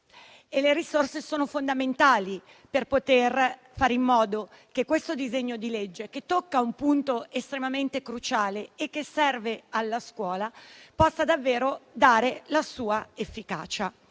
le risorse sono fondamentali per fare in modo che questo disegno di legge, che tocca un punto estremamente cruciale e serve alla scuola, possa davvero esplicare la sua efficacia.